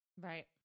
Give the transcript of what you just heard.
Right